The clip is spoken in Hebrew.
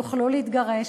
יוכלו להתגרש.